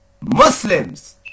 Muslims